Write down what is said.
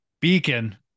beacon